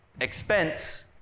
expense